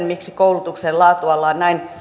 miksi koulutuksen laatua ollaan näin